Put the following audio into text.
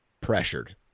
pressured